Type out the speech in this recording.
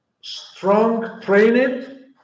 strong-trained